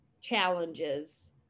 challenges